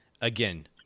again